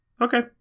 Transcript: Okay